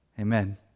Amen